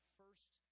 first